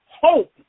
Hope